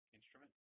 instrument